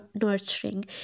nurturing